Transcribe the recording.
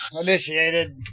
initiated